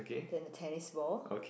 then the tennis ball